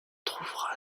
trouvera